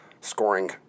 scoring